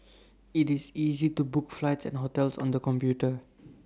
IT is easy to book flights and hotels on the computer